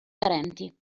parenti